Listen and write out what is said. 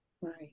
Right